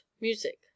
music